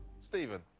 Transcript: Stephen